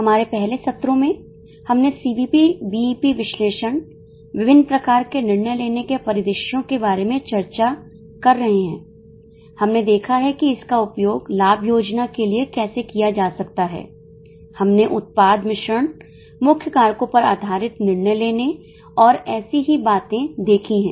हमारे पहले सत्रों में हमने सीवीपी बीईपी विश्लेषण विभिन्न प्रकार के निर्णय लेने के परिदृश्यों के बारे में चर्चा कर रहे हैं हमने देखा है कि इसका उपयोग लाभ योजना के लिए कैसे किया जा सकता है हमने उत्पाद मिश्रण मुख्य कारको पर आधारित निर्णय लेने और ऐसी ही बातें देखी है